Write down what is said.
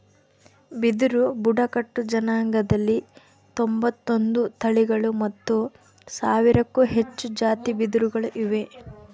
ಬಿದಿರು ಬುಡಕಟ್ಟು ಜನಾಂಗದಲ್ಲಿ ತೊಂಬತ್ತೊಂದು ತಳಿಗಳು ಮತ್ತು ಸಾವಿರಕ್ಕೂ ಹೆಚ್ಚು ಜಾತಿ ಬಿದಿರುಗಳು ಇವೆ